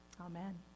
amen